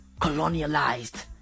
colonialized